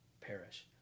perish